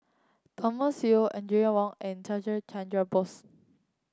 Thomas Yeo Audrey Wong and Chandra Chandra Bose